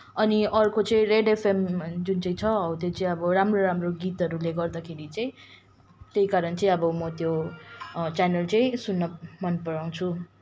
अनि अर्को चाहिँ रेड एफएम जुन चाहिँ छ हो त्यो चाहिँ अब राम्रो राम्रो गीतहरूले गर्दाखेरि चाहिँ त्यही कारण चाहिँ अब म त्यो अँ च्यानल चाहिँ सुन्न मन पराउँछु